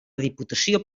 diputació